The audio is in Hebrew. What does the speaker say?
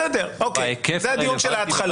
בסדר אוקי, זה הדיון של ההתחלה.